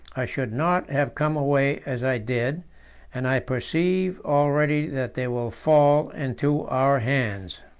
i should not have come away as i did and i perceive already that they will fall into our hands.